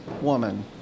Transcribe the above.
woman